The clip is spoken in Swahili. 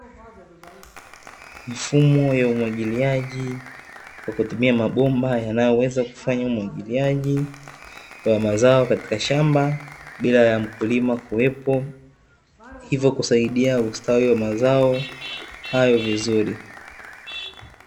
Mifumo ya umwagiliaji kwa kutumia mabomba yanayoweza kufanya umwagiliaji wa mazao katika shamba bila ya mkulima kuwepo, hivyo kusaidia ustawi wa mazao hayo vizuri.